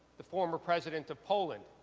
the former president of poland.